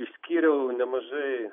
išskyriau nemažai